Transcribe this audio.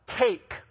Take